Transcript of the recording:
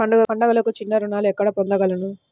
పండుగలకు చిన్న రుణాలు ఎక్కడ పొందగలను?